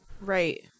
Right